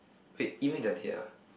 wait even if they are here